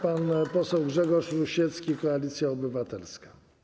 Pan poseł Grzegorz Rusiecki, Koalicja Obywatelska.